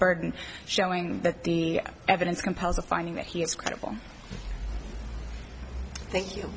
burden showing that the evidence compels a finding that he is credible thank you